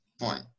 point